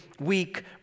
weak